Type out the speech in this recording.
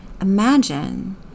Imagine